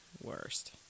worst